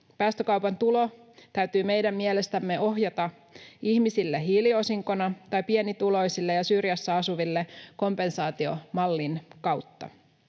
Päästökaupan tulo täytyy meidän mielestämme ohjata ihmisille hiiliosinkona tai pienituloisille ja syrjässä asuville kompensaatiomallin kautta.